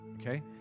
okay